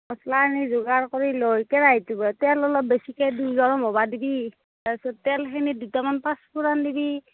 মছলাখিনি যোগাৰ কৰি লৈ কেৰাহিটোত তেল অলপ বেছিকৈ দি গৰম হ'ব দিবি তাৰছত তেলখিনিত দুটামান পাঁচ ফুৰণ দিবি